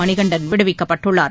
Manikandan விடுவிக்கப்பட்டுள்ளார்